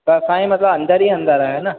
त साईं मतलबु अंदरि ई अंदरि आहे न